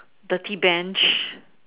dirty Bench